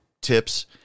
tips